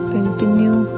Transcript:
Continue